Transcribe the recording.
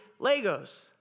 Legos